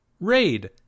Raid